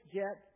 get